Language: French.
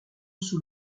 sous